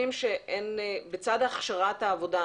לצד הכשרת העבודה,